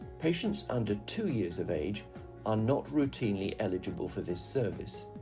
patients under two years of age are not routinely eligible for this service.